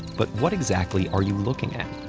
but what exactly are you looking at?